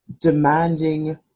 demanding